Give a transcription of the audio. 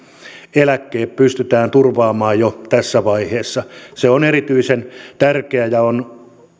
eläkkeet pystytään turvaamaan jo tässä vaiheessa se on erityisen tärkeää ja on